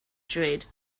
trade